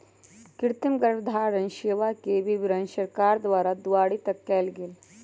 कृतिम गर्भधारण सेवा के वितरण सरकार द्वारा दुआरी तक कएल गेल